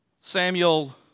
Samuel